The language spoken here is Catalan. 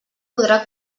podrà